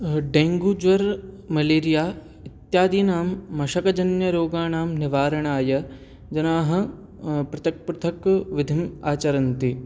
डेङ्गुज्वरः malaria इत्यादीनां मशकजन्यरोगाणां निवारणाय जनाः पृथक् पृथक् विधिम् आचरन्ति